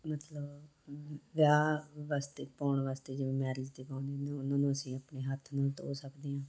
ਮਤਲਵ ਵਿਆਹ ਵਾਸਤੇ ਪਾਉਣ ਵਾਸਤੇ ਜਿਵੇਂ ਮੈਰਿਜ 'ਤੇ ਪਾਉਂਦੇ ਉਹਨਾਂ ਨੂੰ ਅਸੀਂ ਆਪਣੇ ਹੱਥ ਨਾਲ ਧੋ ਸਕਦੇ ਹਾਂ